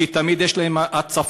כי תמיד יש להם הצפות,